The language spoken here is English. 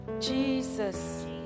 Jesus